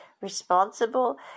responsible